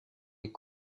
est